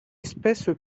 espèce